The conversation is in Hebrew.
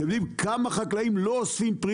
אתם יודעים כמה חקלאים לא אוספים פרי